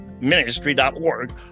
ministry.org